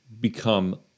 become